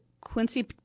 Quincy